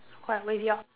what will your